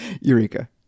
Eureka